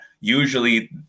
usually